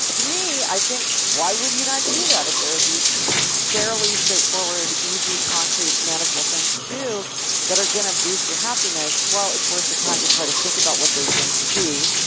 and to me, i think why would you not do that if there are these fairly straightforward, easy, concrete, manageable things to do that are going to boost your happiness? it's worth the time to try to think about what those things would be,